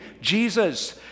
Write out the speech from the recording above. Jesus